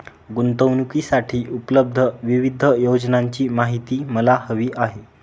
गुंतवणूकीसाठी उपलब्ध विविध योजनांची माहिती मला हवी आहे